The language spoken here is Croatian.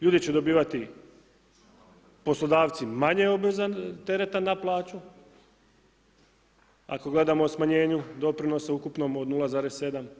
Ljudi će dobivati poslodavci manje obveza tereta na plaću ako gledamo o smanjenju doprinosa ukupnom od 0,7.